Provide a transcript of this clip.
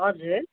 हजुर